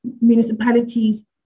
municipalities